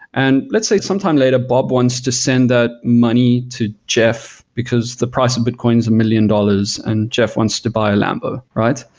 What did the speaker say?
and let's say at some time later, bob wants to send money to jeff because the price of bitcoin is a million dollars and jeff wants to buy a lambo, right?